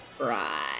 Right